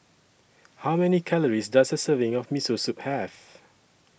How Many Calories Does A Serving of Miso Soup Have